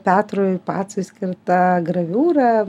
petrui pacui skirta graviūra